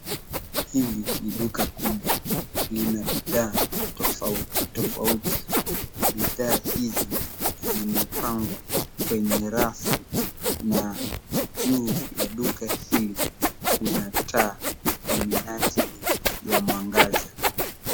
Hili ni duka kubwa. Lina bidhaa tofauti tofauti. Bidhaa hizi zimepangwa kwenye rafu, na juu ya duka hili kuna taa kwa minajili ya mwangaza.